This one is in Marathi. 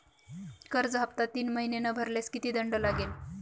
कर्ज हफ्ता तीन महिने न भरल्यास किती दंड लागेल?